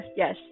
yes